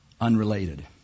unrelated